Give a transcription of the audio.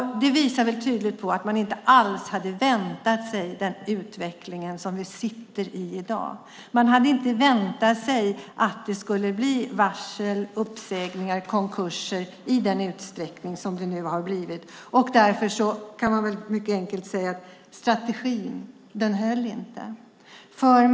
Det visar väl tydligt att man inte alls hade väntat sig den utveckling som vi har i dag. Man hade inte väntat sig att det skulle bli varsel, uppsägningar och konkurser i den utsträckning som det har blivit. Därför kan man mycket enkelt säga att strategin inte höll.